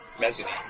mezzanine